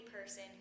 person